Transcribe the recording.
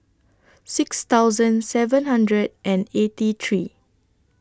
six thousand seven hundred and eighty three